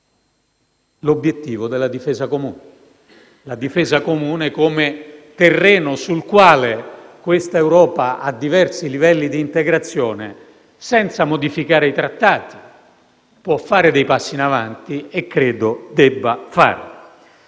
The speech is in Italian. l'obiettivo della difesa comune; la difesa comune come terreno sul quale questa Europa a diversi livelli di integrazione, senza modificare i trattati, può fare dei passi in avanti e credo debba farli.